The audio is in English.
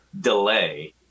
delay